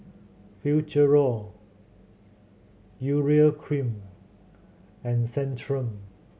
Futuro Urea Cream and Centrum